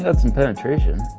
and some penetration